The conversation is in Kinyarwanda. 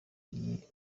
iyi